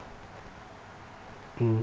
mm